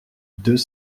deux